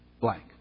blank